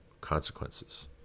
consequences